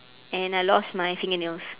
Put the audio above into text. and I lost my fingernails